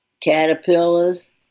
caterpillars